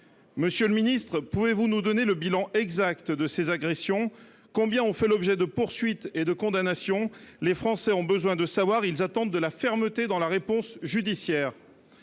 Monsieur le ministre, pouvez vous nous donner le bilan exact de ces agressions ? Combien ont fait l’objet de poursuites et de condamnations ? Les Français ont besoin de savoir ; ils attendent de la fermeté dans la réponse judiciaire.